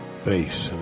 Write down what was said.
Face